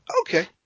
Okay